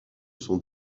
sont